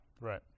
Right